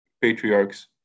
patriarchs